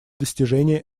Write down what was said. достижения